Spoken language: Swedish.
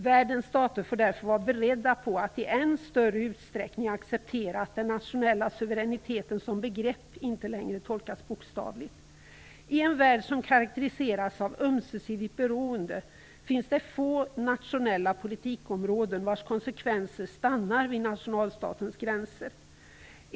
Världens stater får därför vara bredda på att i än större utsträckning acceptera att den nationella suveräniteten som begrepp inte längre tolkas bokstavligt. I en värld som karakteriseras av ömsesidigt beroende finns det få nationella politikområden vilkas konsekvenser stannar vid nationalstatens gränser.